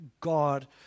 God